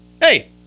hey